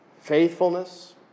faithfulness